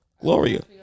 Gloria